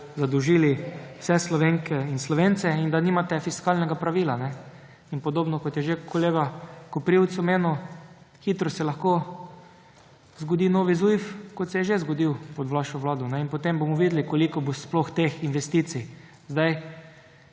milijard zadolžili vse Slovenke in Slovence in da nimate fiskalnega pravila. Podobno, kot je že kolega Koprivc omenil − hitro se lahko zgodi novi zujf, kot se je že zgodil pod vašo vlado, in potem bomo videli, koliko bo sploh teh investicij.